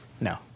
No